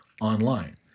online